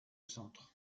centre